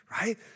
right